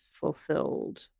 fulfilled